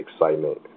excitement